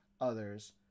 others